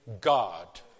God